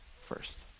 first